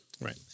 Right